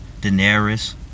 Daenerys